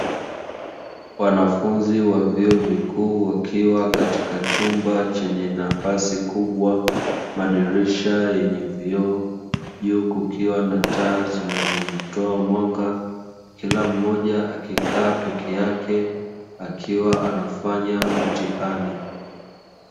Wanafunzi wa vyuo vikuu wakiwa katika chumba chenye nafasi kubwa, madirisha yenye vioo juu kukiwa na taa zinazotoa mwanga kila mmoja akikaa peke yake akiwa anafanya mtihani.